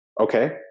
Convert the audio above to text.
okay